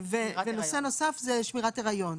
נושא נוסף הוא שמירת הריון.